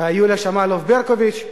יוליה שמאלוב-ברקוביץ,